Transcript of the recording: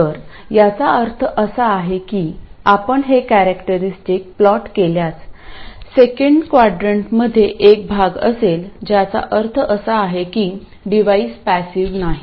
तर याचा अर्थ असा आहे की आपण हे कॅरेक्टरिस्टिक प्लॉट केल्यास सेकंड क्वाड्रंटमध्ये एक भाग असेल ज्याचा अर्थ असा आहे की डिव्हाइस पॅसिव्ह नाहीत